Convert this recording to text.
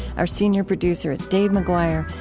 our senior producer is dave mcguire.